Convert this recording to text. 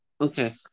okay